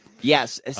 Yes